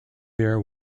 bear